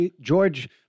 George